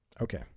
Okay